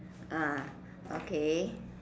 ah okay